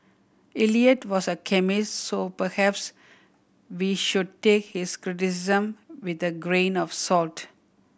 Eliot was a chemist so perhaps we should take his criticism with a grain of salt